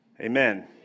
Amen